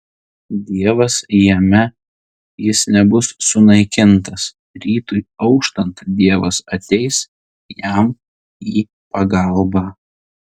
dievas jame jis nebus sunaikintas rytui auštant dievas ateis jam į pagalbą